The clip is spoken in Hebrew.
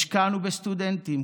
השקענו בסטודנטים,